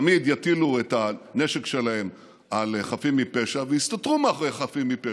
תמיד יטילו את הנשק שלהם על חפים מפשע ויסתתרו מאחורי חפים מפשע.